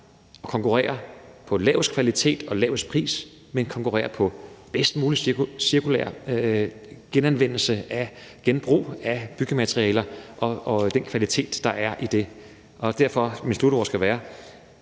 at konkurrere på laveste kvalitet og laveste pris, men at konkurrere på bedst mulig cirkulær genbrug af byggematerialer og den kvalitet, der er i det. Derfor skal mine slutord være,